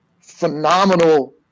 Phenomenal